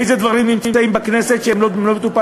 איזה דברים בכנסת לא מטופלים,